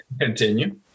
continue